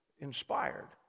inspired